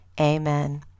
amen